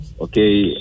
Okay